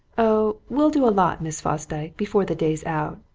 oh, we'll do a lot, miss fosdyke, before the day's out,